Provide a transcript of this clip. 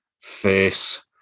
face